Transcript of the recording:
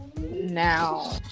Now